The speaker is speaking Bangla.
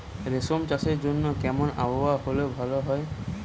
রেশম চাষের জন্য কেমন আবহাওয়া হাওয়া হলে ভালো?